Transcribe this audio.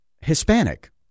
hispanic